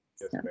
Yes